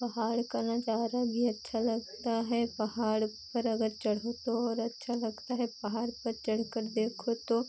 पहाड़ का नज़ारा भी अच्छा लगता है पहाड़ पर अगर चढ़ूँ तो और अच्छा लगता है पहाड़ पर चढ़कर देखो तो